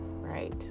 Right